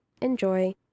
enjoy